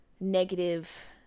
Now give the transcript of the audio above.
negative